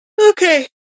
okay